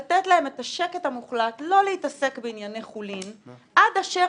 את השקט המוחלט לא להתעסק בענייני חולין עד אשר